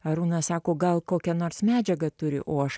arūnas sako gal kokią nors medžiagą turi o aš